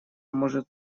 может